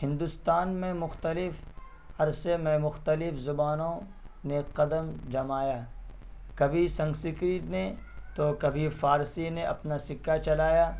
ہندوستان میں مختلف عرصے میں مختلف زبانوں نے قدم جمایا کبھی سنسکرت نے تو کبھی فارسی نے اپنا سکہ چلایا